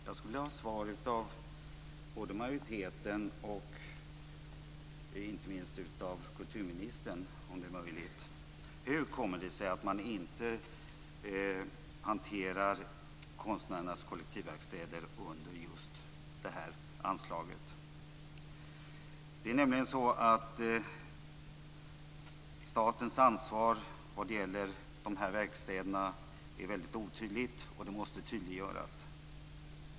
Jag skulle vilja ha svar av majoriteten och inte minst av kulturministern om det är möjligt. Hur kommer det sig att man inte hanterar konstnärernas kollektivverkstäder under just detta anslag? Det är nämligen så att statens ansvar vad gäller de här verkstäderna är mycket otydligt. Det måste tydliggöras.